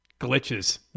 Glitches